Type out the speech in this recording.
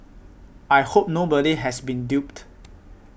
I hope nobody has been duped